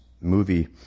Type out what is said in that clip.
movie